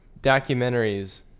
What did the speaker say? documentaries